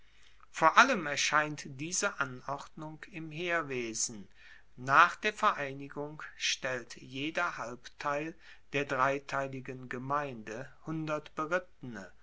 vor allem erscheint diese anordnung im heerwesen nach der vereinigung stellt jeder halbteil der dreiteiligen gemeinde hundert berittene